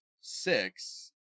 six